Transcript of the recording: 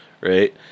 right